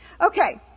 Okay